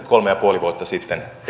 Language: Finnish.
kolme ja puoli vuotta sitten